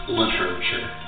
literature